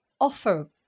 offer